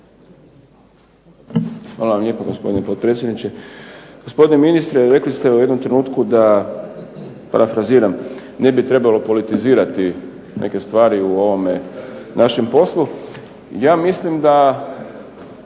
Hvala vam lijepo gospodine potpredsjedniče. Gospodine ministre rekli ste u jednom trenutku da parafraziram, ne bi trebalo politizirati neke stvari u ovome našem poslu. Ja mislim da